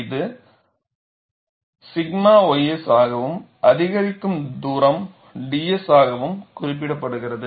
இது 𝛔 ys ஆகவும் அதிகரிக்கும் தூரம் ds ஆகவும் குறிப்பிடபடுகிறது